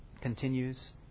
continues